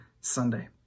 Sunday